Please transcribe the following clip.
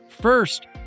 First